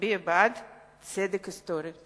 נצביע בעד צדק היסטורי.